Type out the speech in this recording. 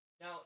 Now